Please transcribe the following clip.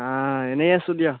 অঁ এনেই আছোঁ দিয়া